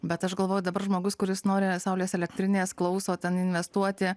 bet aš galvoju dabar žmogus kuris nori saulės elektrinės klauso tad investuoti